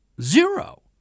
zero